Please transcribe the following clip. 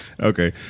okay